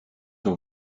dans